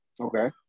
Okay